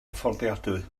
fforddiadwy